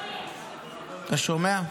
אתה שומע?